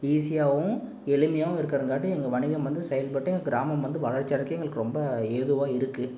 ஈஸியாகவும் எளிமையாகவும் இருக்கிறங்காட்டி எங்கள் வணிகம் வந்து செயல்பட்டு எங்கள் கிராமம் வந்து வளர்ச்சி அடையிறதுக்க எங்களுக்கு ரொம்ப ஏதுவாக இருக்குது